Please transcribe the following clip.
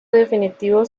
definitivo